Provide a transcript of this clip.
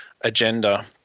agenda